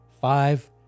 five